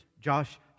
Josh